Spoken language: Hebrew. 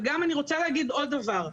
וגם אני רוצה להגיד עוד דבר.